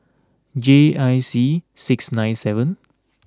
J I C six nine seven